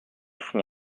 fond